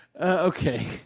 Okay